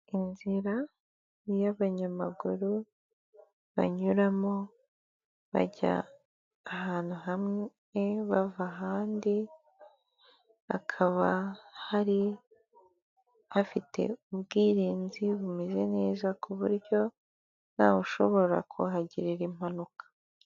Inzira y'abanyamaguru banyuramo bajya ahantu hamwe bava ahandi, hakaba hari hafite ubwirinzi bumeze neza ku buryo ntawushobora kuhagirira impanuka.